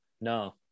No